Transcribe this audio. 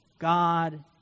God